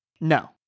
no